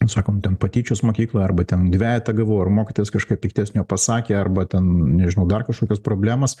sakom ten patyčios mokykloj arba ten dvejetą gavau ir mokytojas kažkaip piktesnio pasakė arba ten nežinau dar kažkokios problemos